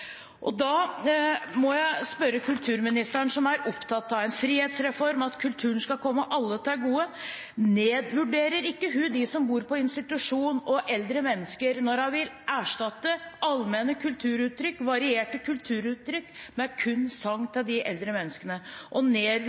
og erstatte det med 5 mill. kr til Krafttak for sang. Da må jeg spørre kulturministeren, som er opptatt av en frihetsreform, om kulturen skal komme alle til gode: Nedvurderer hun ikke dem som bor på institusjon, og eldre mennesker, når hun vil erstatte allmenne kulturuttrykk, varierte kulturuttrykk, med kun sang til de eldre menneskene? Og